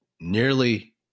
Nearly